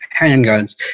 handguns